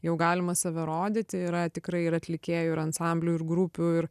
jau galima save rodyti yra tikrai ir atlikėjų ir ansamblių ir grupių ir